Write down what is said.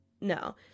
No